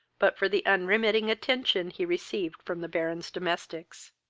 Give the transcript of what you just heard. but for the unremitting attention he received from the baron's domestics.